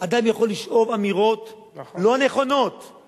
אדם יכול לשאוב אמירות לא נכונות, נכון.